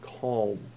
calm